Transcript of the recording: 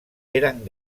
eren